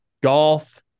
golf